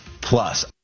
Plus